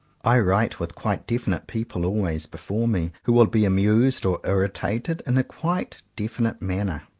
i write with quite definite people always before me, who will be amused or irritated in a quite definite manner.